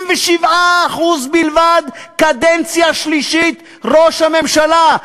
27% בלבד בקדנציה שלישית, ראש הממשלה.